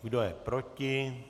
Kdo je proti?